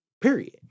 period